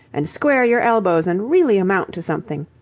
and square your elbows, and really amount to something.